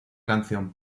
canción